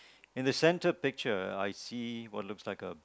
in the center picture I see what looks like a